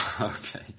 Okay